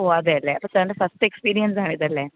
ഓ അതേല്ലേ അപ്പോൾ സാറിൻ്റെ ഫസ്റ്റ് എക്സ്പീര്യൻസ് ആണ് ഇതല്ലേ